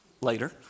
later